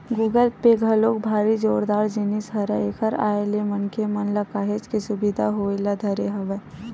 Google Pay घलोक भारी जोरदार जिनिस हरय एखर आय ले मनखे मन ल काहेच के सुबिधा होय ल धरे हवय